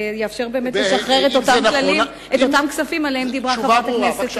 זה באמת יאפשר לשחרר את אותם כספים שעליהם דיברה חברת הכנסת רגב.